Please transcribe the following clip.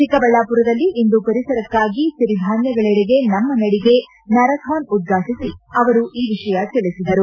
ಚಿಕ್ಕಬಳ್ಳಾಪುರದಲ್ಲಿಂದು ಪರಿಸರಕ್ಕಾಗಿ ಸಿರಿಧಾನ್ಯಗಳೆಡೆಗೆ ನಮ್ಮ ನಡಿಗೆ ಮ್ಯಾರಥಾನ್ ಉದ್ವಾಟಿಸಿ ಅವರು ಈ ವಿಷಯ ತಿಳಿಸಿದರು